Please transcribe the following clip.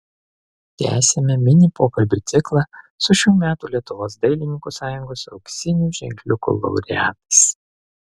tęsiame mini pokalbių ciklą su šių metų lietuvos dailininkų sąjungos auksinių ženkliukų laureatais